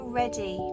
ready